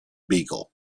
beagle